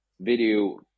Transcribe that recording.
video